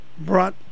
brought